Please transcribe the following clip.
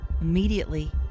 Immediately